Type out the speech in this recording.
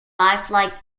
lifelike